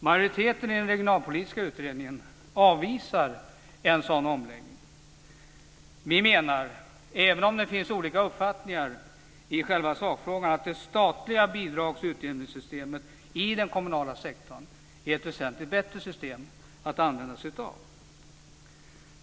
Majoriteten i den regionalpolitiska utredningen avvisar en sådan omläggning. Det finns olika uppfattningar i sakfrågan, men det statliga bidrags och utjämningssystemet i den kommunala sektorn är ett väsentligt bättre system att använda sig av.